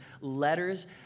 letters